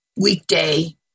weekday